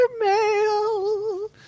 Mail